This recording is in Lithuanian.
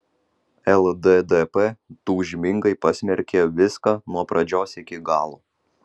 lddp tūžmingai pasmerkė viską nuo pradžios iki galo